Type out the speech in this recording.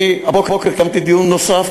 אני קיימתי הבוקר דיון נוסף,